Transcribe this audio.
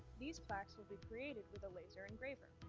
these plaques will be created with a laser engraver,